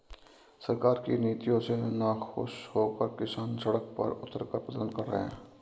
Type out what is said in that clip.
सरकार की नीतियों से नाखुश होकर किसान सड़क पर उतरकर प्रदर्शन कर रहे हैं